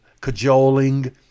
cajoling